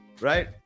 right